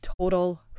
total